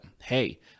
hey